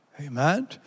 amen